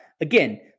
again